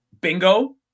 bingo